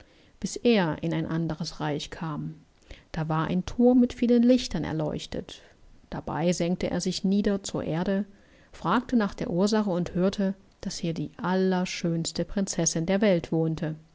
bis er in ein anderes reich kam da war ein thurm mit vielen lichtern erleuchtet dabei senkte er sich nieder zur erde fragte nach der ursache und hörte daß hier die allerschönste prinzessin der welt wohnte